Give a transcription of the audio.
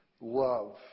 Love